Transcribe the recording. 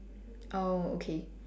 oh okay